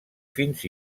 fins